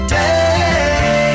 day